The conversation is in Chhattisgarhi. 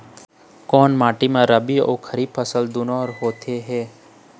कोन माटी म रबी अऊ खरीफ फसल दूनों होत हे?